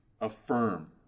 affirm